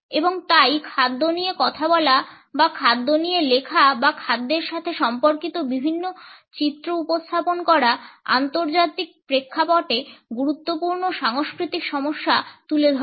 এবং তাই খাদ্য নিয়ে কথা বলা বা খাদ্য নিয়ে লেখা বা খাদ্যের সাথে সম্পর্কিত বিভিন্ন চিত্র উপস্থাপন করা আন্তর্জাতিক প্রেক্ষাপটে গুরুত্বপূর্ণ সাংস্কৃতিক সমস্যা তুলে ধরে